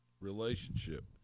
relationship